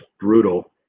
Brutal